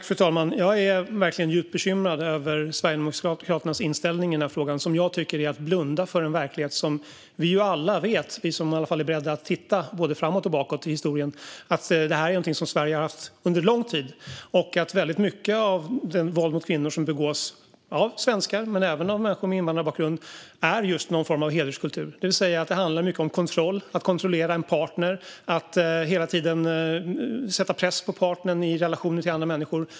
Fru talman! Jag är verkligen djupt bekymrad över Sverigedemokraternas inställning i den här frågan. Jag tycker att den är att blunda för den verklighet som alla vet - i alla fall vi som är beredda att titta både framåt och bakåt i historien - är någonting som Sverige har haft under långt tid. Och väldigt mycket av det våld mot kvinnor som begås av svenskar men även av människor med invandrarbakgrund handlar just om någon form av hederskultur, det vill säga att det handlar mycket om kontroll - att kontrollera en partner och att hela tiden sätta press på partnern i relationer till andra människor.